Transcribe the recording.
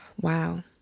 Wow